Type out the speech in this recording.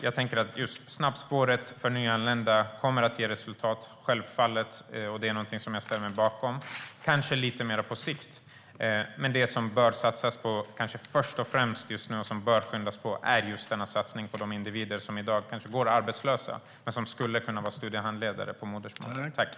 Jag tänker att just snabbspåret för nyanlända självfallet kommer att ge resultat, och det är någonting som jag ställer mig bakom, kanske lite mer på sikt. Men det som man kanske bör satsa på först och främst nu och som bör skyndas på är just denna satsning på de individer som i dag kanske går arbetslösa men som skulle kunna vara studiehandledare på sitt modersmål.